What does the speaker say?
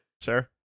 sure